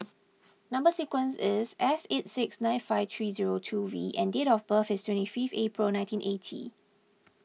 Number Sequence is S eight six nine five three zero two V and date of birth is twenty five April nineteen eighty